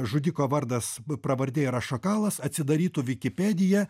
žudiko vardas pravardė yra šakalas atsidarytų vikipediją